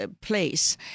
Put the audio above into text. place